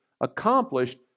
accomplished